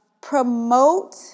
promote